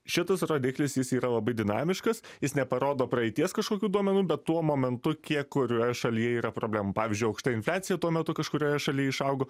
šitas rodiklis jis yra labai dinamiškas jis neparodo praeities kažkokių duomenų bet tuo momentu kiek kurioje šalyje yra problemų pavyzdžiui aukšta infliacija tuo metu kažkurioje šaly išaugo